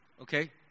Okay